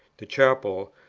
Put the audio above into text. the chapel,